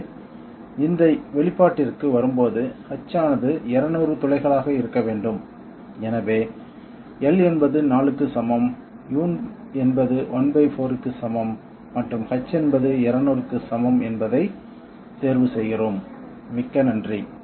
எனவே இந்த வெளிப்பாட்டிற்கு வரும்போது h ஆனது 200 துளைகளாக இருக்க வேண்டும் எனவே L என்பது 4 க்கு சமம் U என்பது ¼ க்கு சமம் மற்றும் h என்பது 200 க்கு சமம் என்பதை தேர்வு செய்கிறோம் மிக்க நன்றி